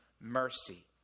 mercy